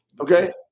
okay